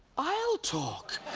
i'll talk.